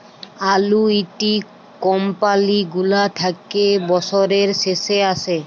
আলুইটি কমপালি গুলা থ্যাকে বসরের শেষে আসে